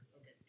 Okay